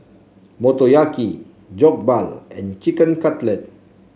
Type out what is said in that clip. Motoyaki Jokbal and Chicken Cutlet